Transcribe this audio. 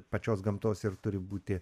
pačios gamtos ir turi būti